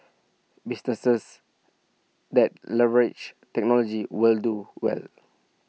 businesses that leverage technology will do well